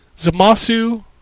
Zamasu